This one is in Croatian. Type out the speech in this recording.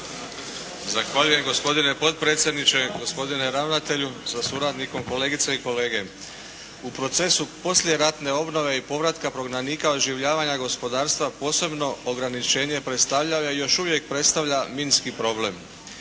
Zahvaljujem gospodine potpredsjedniče. Gospodine ravnatelju sa suradnikom, kolegice i kolege. U procesu poslijeratne obnove i povratka prognanika, oživljavanja gospodarstva posebno ograničenje predstavlja i još uvijek predstavlja minski problem.